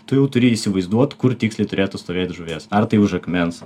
tu jau turi įsivaizduot kur tiksliai turėtų stovėt žuvies ar tai už akmens